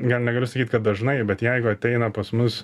gal negaliu sakyt kad dažnai bet jeigu ateina pas mus